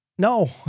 No